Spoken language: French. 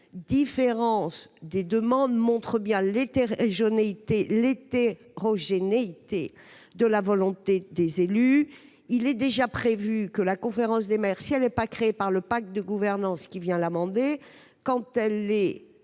diversité des demandes montre l'hétérogénéité de la volonté des élus. Il est déjà prévu que la conférence des maires, si elle n'est pas créée par le pacte de gouvernance, puisqu'elle est